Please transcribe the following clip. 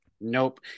nope